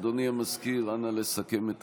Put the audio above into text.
אדוני המזכיר, אנא לסכם את